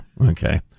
Okay